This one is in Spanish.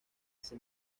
ese